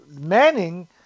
Manning